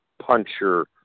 puncher